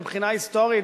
מבחינה היסטורית,